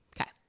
Okay